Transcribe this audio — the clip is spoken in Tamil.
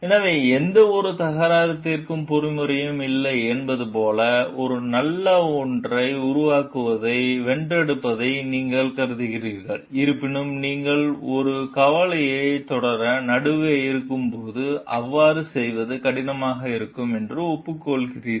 எனவே எந்தவொரு தகராறு தீர்க்கும் பொறிமுறையும் இல்லை என்பது போல ஒரு நல்ல ஒன்றை உருவாக்குவதை வென்றெடுப்பதை நீங்கள் கருதுகிறீர்கள் இருப்பினும் நீங்கள் ஒரு கவலையைத் தொடர நடுவே இருக்கும்போது அவ்வாறு செய்வது கடினமாக இருக்கும் என்று ஒப்புக்கொள்கிறீர்கள்